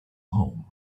home